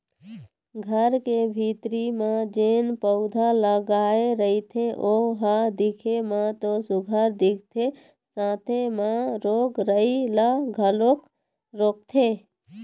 घर के भीतरी म जेन पउधा लगाय रहिथे ओ ह दिखे म तो सुग्घर दिखथे साथे म रोग राई ल घलोक रोकथे